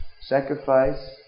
Sacrifice